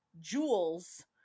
jewels